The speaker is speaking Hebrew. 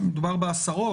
מדובר בעשרות,